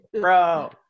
bro